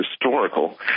historical